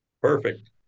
Perfect